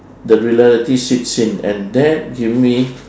the reality sinks in and that give me